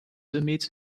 amidst